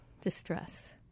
distress